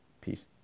Peace